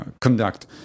conduct